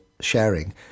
sharing